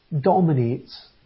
dominates